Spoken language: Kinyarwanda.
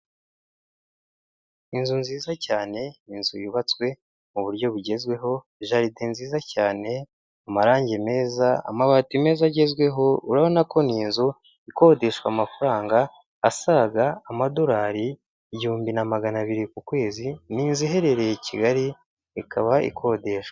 Inzu nziza cyane, inzu yubatswe mu buryo bugezweho, jaride nziza cyane, amarangi meza, amabati meza agezweho, urabona ko ni inzu ikodeshwa amafaranga asaga amadolari igihumbi na magana abiri ku kwezi, ni inzu iherereye Kigali ikaba ikodeshwa.